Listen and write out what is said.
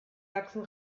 sachsen